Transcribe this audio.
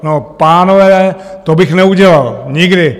No, pánové, to bych neudělal nikdy.